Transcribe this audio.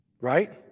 right